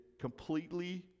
completely